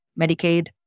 Medicaid